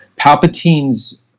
Palpatine's